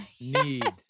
Need